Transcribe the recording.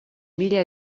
mila